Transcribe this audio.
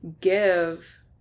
give –